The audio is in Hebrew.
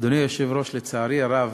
אדוני היושב-ראש, לצערי הרב,